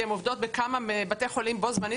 כי הן עובדות בכמה בתי חולים בו זמנית